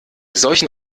solchen